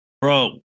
Bro